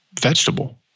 vegetable